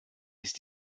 ist